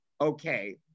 okay